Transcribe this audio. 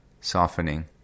softening